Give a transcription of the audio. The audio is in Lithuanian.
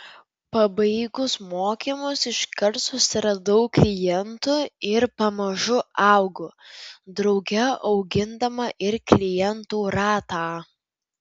pabaigus mokymus iškart susiradau klientų ir pamažu augu drauge augindama ir klientų ratą